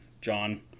John